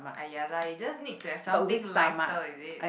ah ya lah you just need to have something lighter is it